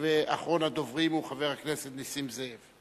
ואחרון הדוברים הוא חבר הכנסת נסים זאב,